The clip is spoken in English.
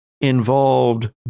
involved